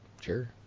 sure